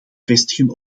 vestigen